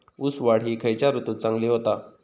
ऊस वाढ ही खयच्या ऋतूत चांगली होता?